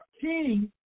king